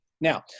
Now